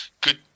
Good